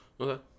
Okay